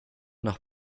nach